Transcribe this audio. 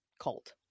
cult